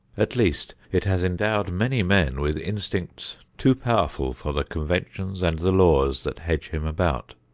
at least it has endowed many men with instincts too powerful for the conventions and the laws that hedge him about.